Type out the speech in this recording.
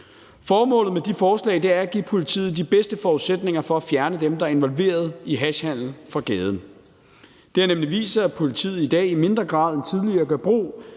Formålet med de forslag er at give politiet de bedste forudsætninger for at fjerne dem, der er involveret i hashhandelen, fra gaden. Det har nemlig vist sig, at politiet i dag i mindre grad end tidligere gør brug